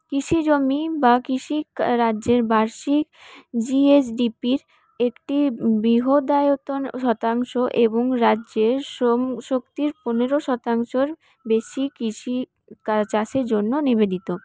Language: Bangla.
কৃষি জমি বা কৃষি রাজ্যের বার্ষিক জিএসডিপির একটি বৃহদায়তন শতাংশ এবং রাজ্যের সমশক্তির পনেরো শতাংশর বেশী কৃষি চাষের জন্য নিবেদিত